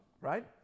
right